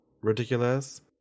ridiculous